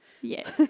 yes